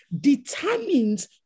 determines